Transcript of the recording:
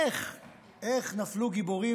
איך נפלו גיבורים?